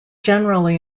generally